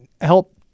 help